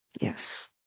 yes